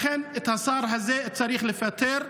לכן, את השר הזה צריך לפטר.